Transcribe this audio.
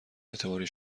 اعتباری